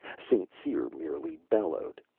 st. cyr merely bellowed.